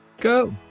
go